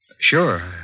Sure